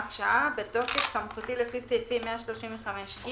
שעה) בתוקף סמכותי לפי סעיפים 135ג,